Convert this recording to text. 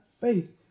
faith